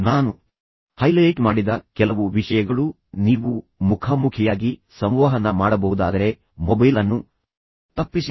ನಾನು ಹೈಲೈಟ್ ಮಾಡಿದ ಕೆಲವು ವಿಷಯಗಳು ನೀವು ಮುಖಾಮುಖಿಯಾಗಿ ಸಂವಹನ ಮಾಡಬಹುದಾದರೆ ಮೊಬೈಲ್ ಅನ್ನು ತಪ್ಪಿಸಿ